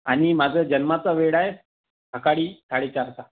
आणि माझं जन्माचा वेळ आहे सकाळी साडेचारचा